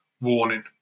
warning